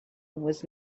was